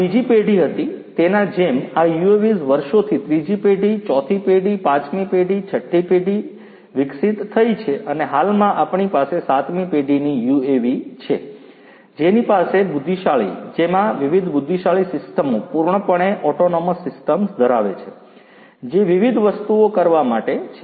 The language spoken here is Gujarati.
આ બીજી પેઢી હતી તેના જેમ આ UAVs વર્ષોથી ત્રીજી પેઢી ચોથી પેઢી પાંચમી પેઢી છઠ્ઠી પેઢી વિકસિત થઈ છે અને હાલમાં આપણી પાસે સાતમી પેઢીની યુએવી છે જેની પાસે બુદ્ધિશાળી જેમાં વિવિધ બુદ્ધિશાળી સિસ્ટમો પૂર્ણપણે ઓટોનોમસ સિસ્ટમ્સ ધરાવે છે જે વિવિધ વસ્તુઓ કરવા માટે છે